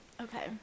Okay